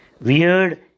weird